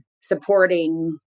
supporting